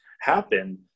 happen